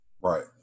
Right